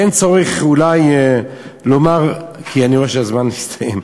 ואין צורך אולי לומר, כי אני רואה שהזמן הסתיים.